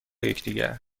یکدیگر